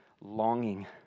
longing